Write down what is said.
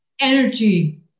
Energy